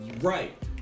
Right